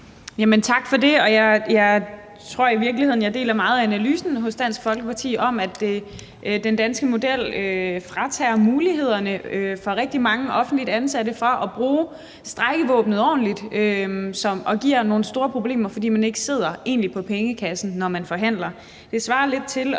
Tak for det. Og jeg tror, jeg meget deler analysen hos Dansk Folkeparti om, at den danske model fratager mulighederne for rigtig mange offentligt ansatte i forhold til at bruge strejkevåbenet ordentligt, og at det giver nogle store problemer, fordi man ikke sidder, egentlig, på pengekassen, når man forhandler.